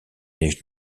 est